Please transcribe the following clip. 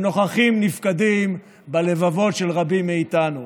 הם נוכחים-נפקדים בלבבות של רבים מאיתנו.